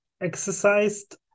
exercised